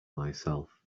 myself